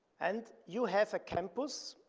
and, you have a campus,